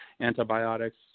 antibiotics